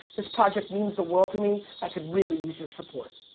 this project means the world to me, i could really use your support.